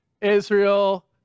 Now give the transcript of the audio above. Israel